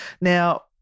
Now